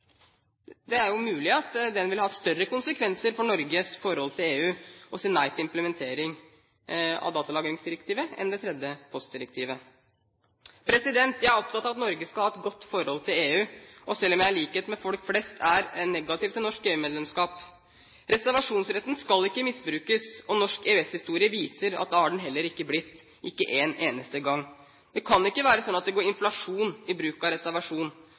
Det er jo mulig at det ville hatt større konsekvenser for Norges forhold til EU å si nei til implementering av datalagringsdirektivet enn til det tredje postdirektivet. Jeg er opptatt av at Norge skal ha et godt forhold til EU, selv om jeg i likhet med folk flest er negativ til norsk EU-medlemskap. Reservasjonsretten skal ikke misbrukes, og norsk EØS-historie viser at det har den heller ikke blitt – ikke en eneste gang. Det kan ikke være sånn at det går inflasjon i bruk av reservasjon,